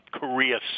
Korea